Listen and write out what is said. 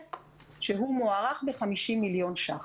שמוערך ב-50 מיליון ש"ח.